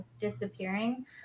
disappearing